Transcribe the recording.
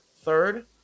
third